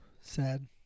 Sad